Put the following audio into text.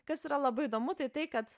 kas yra labai įdomu tai tai kad